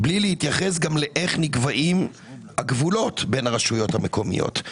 בלי להתייחס גם לאיך נקבעים הגבולות בין הרשויות המקומיות.